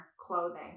clothing